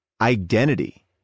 Identity